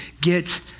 get